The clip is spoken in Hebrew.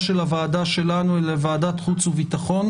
של הוועדה שלנו אלא לוועדת חוץ וביטחון,